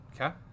Okay